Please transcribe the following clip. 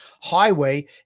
highway